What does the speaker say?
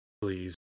Please